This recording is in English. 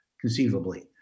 conceivably